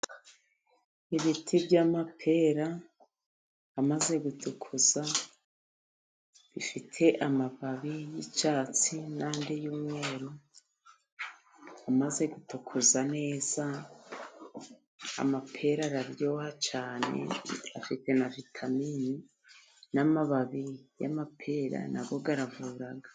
Ibiti by'amapera amaze gutukura bifite amababi y'icyatsi nandi y'umweru amaze gutukura neza. Amapera araryoha cyane afite na vitamini n'amababi y'amapera nayo aravura.